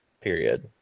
Period